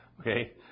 Okay